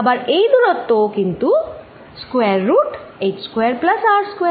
আবার এই দূরত্ব ও কিন্তু square root h square plus R square